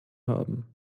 haben